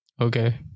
Okay